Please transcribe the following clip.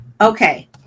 Okay